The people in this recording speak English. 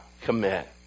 commit